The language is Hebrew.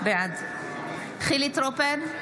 בעד חילי טרופר,